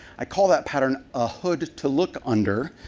i call that pattern a hood to look under.